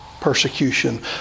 persecution